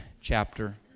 chapter